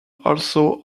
also